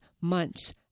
months